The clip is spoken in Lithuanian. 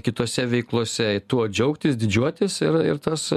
kitose veiklose ir tuo džiaugtis didžiuotis ir ir tas